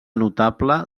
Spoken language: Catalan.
notable